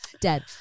dead